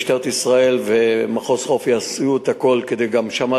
משטרת ישראל ומחוז חוף יעשו את הכול כדי לחשוף גם שם